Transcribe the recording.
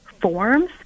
forms